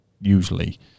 usually